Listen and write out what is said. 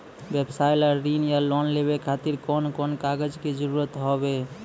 व्यवसाय ला ऋण या लोन लेवे खातिर कौन कौन कागज के जरूरत हाव हाय?